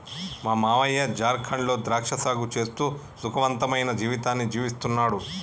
మీ మావయ్య జార్ఖండ్ లో ద్రాక్ష సాగు చేస్తూ సుఖవంతమైన జీవితాన్ని జీవిస్తున్నాడు